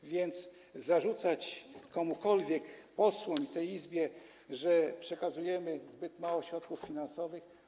A więc zarzucać komukolwiek, posłom i tej Izbie, że przekazują zbyt mało środków finansowych.